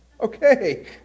okay